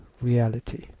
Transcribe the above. reality